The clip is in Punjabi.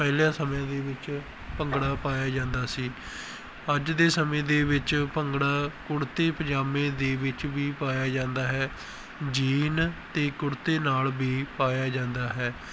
ਪਹਿਲਿਆਂ ਸਮੇਂ ਦੇ ਵਿੱਚ ਭੰਗੜਾ ਪਾਇਆ ਜਾਂਦਾ ਸੀ ਅੱਜ ਦੇ ਸਮੇਂ ਦੇ ਵਿੱਚ ਭੰਗੜਾ ਕੁੜਤੇ ਪਜਾਮੇ ਦੇ ਵਿੱਚ ਵੀ ਪਾਇਆ ਜਾਂਦਾ ਹੈ ਜੀਨ ਅਤੇ ਕੁੜਤੇ ਨਾਲ ਵੀ ਪਾਇਆ ਜਾਂਦਾ ਹੈ